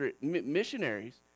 missionaries